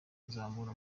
kuzamura